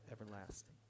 everlasting